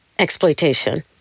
Exploitation